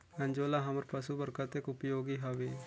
अंजोला हमर पशु बर कतेक उपयोगी हवे?